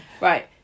Right